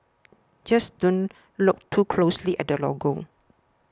just don't look too closely at the logo